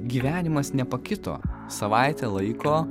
gyvenimas nepakito savaitę laiko